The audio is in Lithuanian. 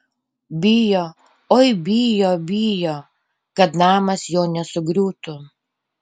bijo oi bijo bijo kad namas jo nesugriūtų